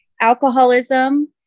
alcoholism